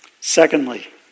Secondly